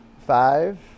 Five